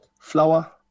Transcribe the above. flour